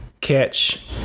Catch